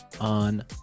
on